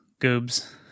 goobs